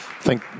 thank